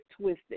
twisted